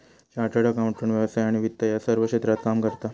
chartered accountant व्यवसाय आणि वित्त या सर्व क्षेत्रात काम करता